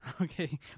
Okay